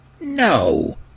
No